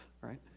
right